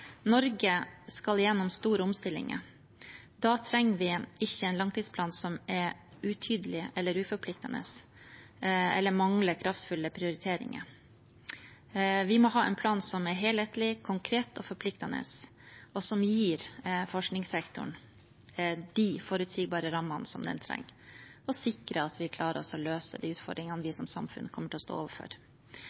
Norge skal gjennom store omstillinger. Da trenger vi ikke en langtidsplan som er utydelig eller uforpliktende, eller som mangler kraftfulle prioriteringer. Vi må ha en plan som er helhetlig, konkret og forpliktende, og som gir forskningssektoren de forutsigbare rammene den trenger, og sikrer at vi klarer å løse de utfordringene vi som samfunn kommer til å stå overfor.